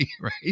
right